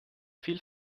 viel